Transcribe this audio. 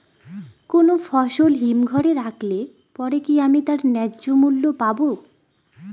কোনো ফসল হিমঘর এ রাখলে পরে কি আমি তার ন্যায্য মূল্য পাব?